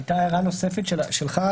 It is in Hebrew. הייתה הערה נוספת שלך,